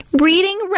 Reading